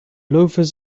loafers